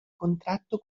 contratto